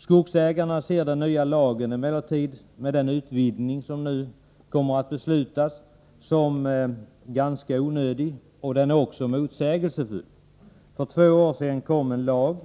Skogsägarna ser emellertid den nya lagen, med den utvidgning som nu kommer att beslutas, som ganska onödig och också motsägelsefull. För två år sedan kom en lag